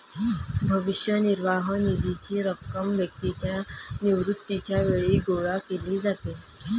भविष्य निर्वाह निधीची रक्कम व्यक्तीच्या निवृत्तीच्या वेळी गोळा केली जाते